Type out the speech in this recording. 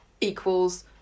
equals